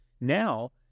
now